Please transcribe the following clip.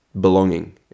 belonging